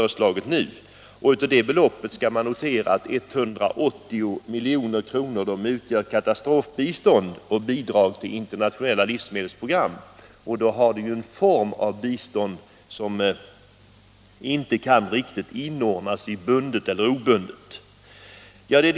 Härtill kommer att av det beloppet utgör 180 milj.kr. katastrofbistånd och bidrag till internationella livsmedelsprogram. Den formen av bistånd kan inte inordnas under bundet eller obundet bistånd.